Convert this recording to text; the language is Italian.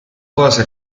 cosa